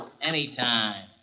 Anytime